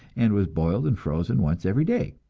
and was boiled and frozen once every day.